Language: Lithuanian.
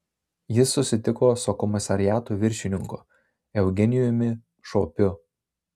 jis susitiko su komisariato viršininku eugenijumi šopiu